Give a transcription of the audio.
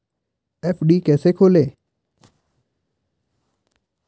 FD कैसे खोलें?